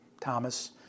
thomas